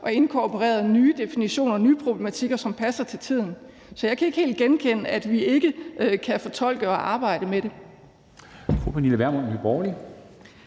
og inkorporeret nye definitioner og nye problematikker, som passer til tiden. Så jeg kan ikke helt genkende, at vi ikke kan fortolke og arbejde med det.